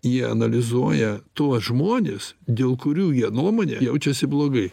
jie analizuoja tuos žmones dėl kurių jo nuomone jaučiasi blogai